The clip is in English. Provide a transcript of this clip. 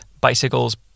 Bicycles